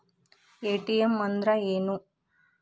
ATM ಅಂದ್ರ ಏನು?